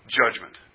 judgment